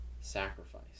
sacrifice